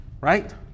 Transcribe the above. right